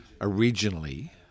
originally